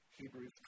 Hebrews